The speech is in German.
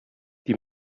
die